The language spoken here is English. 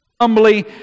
humbly